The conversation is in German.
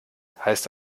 heißt